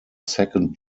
second